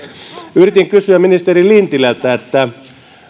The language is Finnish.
yritin kysyä ministeri lintilältä